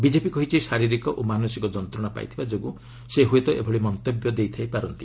BJP କହିଛି ଶାରୀରିକ ଓ ମାନସିକ ଯନ୍ତ୍ରଣା ପାଇଥିବା ଯୋଗୁଁ ସେ ହୁଏତ ଏଭଳି ମନ୍ତବ୍ୟ ଦେଇଥାଇ ପାରନ୍ତି